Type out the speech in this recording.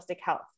health